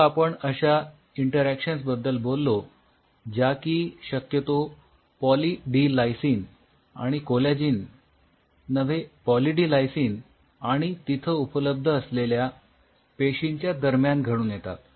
आता आपण अश्या इंटरॅक्शन्स बद्दल बोललो ज्या की शक्यतो पॉली डी लायसिन आणि कोलॅजिन नव्हे पॉली डी लायसिन आणि तिथे उपलब्ध असलेल्या पेशींच्या दरम्यान घडून येतात